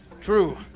True